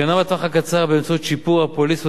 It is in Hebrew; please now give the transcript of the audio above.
הגנה בטווח הקצר באמצעות שיפור הפוליסות